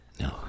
no